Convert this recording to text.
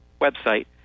website